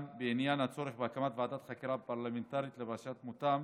בעניין הצורך בהקמת ועדת חקירה פרלמנטרית לפרשת מותם